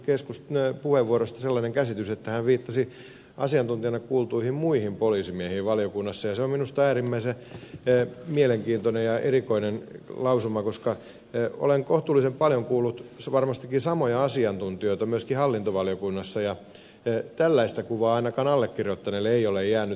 rönnin puheenvuorosta sellainen käsitys että hän viittasi asiantuntijana kuultuihin muihin poliisimiehiin valiokunnassa ja se on minusta äärimmäisen mielenkiintoinen ja erikoinen lausuma koska olen kohtuullisen paljon kuullut varmastikin samoja asiantuntijoita myöskin hallintovaliokunnassa ja tällaista kuvaa ei ainakaan allekirjoittaneelle ole jäänyt